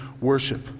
worship